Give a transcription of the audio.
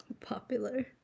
Popular